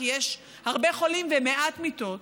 כי יש הרבה חולים ומעט מיטות,